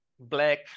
Black